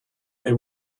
they